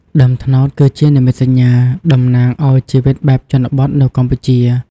ដើមត្នោតគឺជានិមិត្តសញ្ញាតំណាងឱ្យជីវិតបែបជនបទនៅកម្ពុជា។